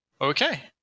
Okay